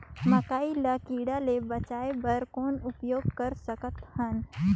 मकई ल कीड़ा ले बचाय बर कौन उपाय कर सकत हन?